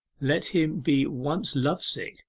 let him be once love-sick,